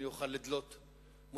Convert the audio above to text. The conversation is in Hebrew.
שאוכל לדלות מושגים,